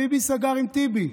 ביבי סגר עם טיבי.